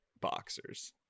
boxers